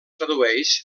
tradueix